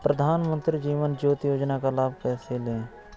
प्रधानमंत्री जीवन ज्योति योजना का लाभ कैसे लें?